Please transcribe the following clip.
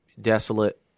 desolate